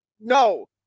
No